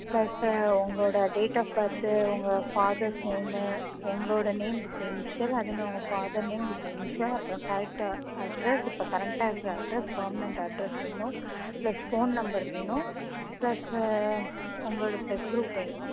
plus உங்களோட date of birth உங்களோட father's name உங்களோட நேம் வித்து இன்சியல் அதே மாதிரி உங்கள் ஃபாதர் நேம் வித்து இன்சியல் அப்புறம் கரெக்ட்டு அட்ரெஸ் இப்போ கரெண்ட்டாக இருக்கிற அட்ரெஸ் பெர்மனெண்ட் அட்ரெஸ் வேணும் ப்ளஸ் ஃபோன் நம்பர் வேணும் ப்ளஸ்ஸு உங்களோட ப்ளட் க்ரூப் வேணும்